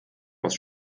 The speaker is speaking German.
aus